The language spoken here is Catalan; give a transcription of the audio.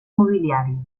mobiliari